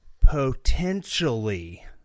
potentially